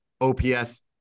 OPS